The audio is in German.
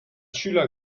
schüler